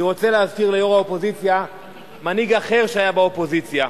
אני רוצה להזכיר ליו"ר האופוזיציה מנהיג אחר שהיה באופוזיציה.